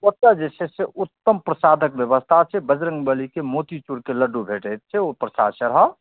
ओतऽ जे छै से उत्तम प्रसादक जे छै से व्यवस्था छै ओतऽ जे छै से बजरङ्ग बलीके मोतिचुरके लड्डु भेटै छै ओ प्रसाद चढ़ाउ